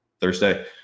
Thursday